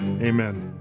Amen